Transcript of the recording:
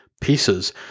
pieces